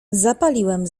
zapaliłem